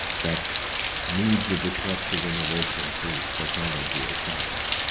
that needs a disruptive innovation through technology or science,